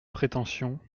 prétention